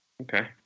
Okay